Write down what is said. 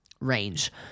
range